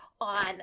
on